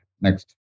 Next